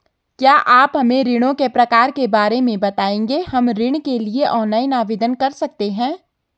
क्या आप हमें ऋणों के प्रकार के बारे में बताएँगे हम ऋण के लिए ऑनलाइन आवेदन कर सकते हैं?